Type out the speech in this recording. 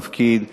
תפקיד,